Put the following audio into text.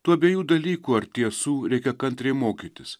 tų abiejų dalykų ar tiesų reikia kantriai mokytis